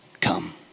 come